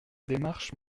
démarche